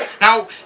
Now